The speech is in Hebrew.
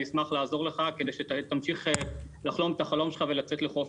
אני אשמח לעזור לך כדי שתמשיך לחלום את החלום שלך ולצאת לחופש.